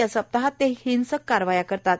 या सप्ताहात ते हिंसक कारवाया करतात